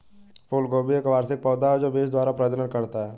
फूलगोभी एक वार्षिक पौधा है जो बीज द्वारा प्रजनन करता है